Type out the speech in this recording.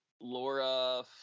Laura